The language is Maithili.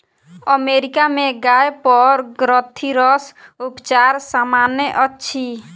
अमेरिका में गाय पर ग्रंथिरस उपचार सामन्य अछि